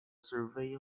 survey